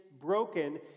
broken